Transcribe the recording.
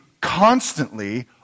constantly